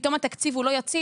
פתאום התקציב הוא לא יציב,